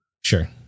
Sure